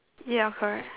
ya correct